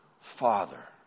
Father